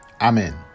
Amen